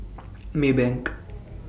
Maybank